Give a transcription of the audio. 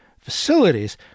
facilities